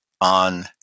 on